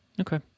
okay